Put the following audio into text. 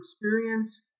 experience